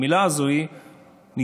והמילה הזאת היא "ניצחון".